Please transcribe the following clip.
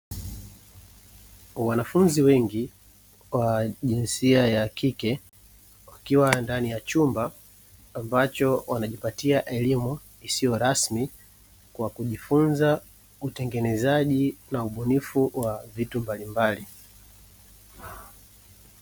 Wanafunzi wengi wa jinsia ya kike, wakiwa ndani ya chumba ambacho wanajipatia elimu isiyorasimi kwa kujifunza utengenezaji na ubunifu wa vitu mbalimbali.